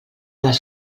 les